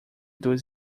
dos